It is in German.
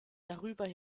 darüber